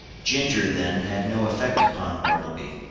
ginger, then, had no effect upon bartleby.